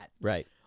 right